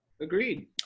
Agreed